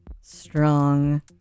strong